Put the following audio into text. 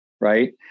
right